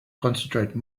concentrate